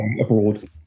abroad